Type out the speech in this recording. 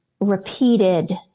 repeated